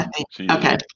okay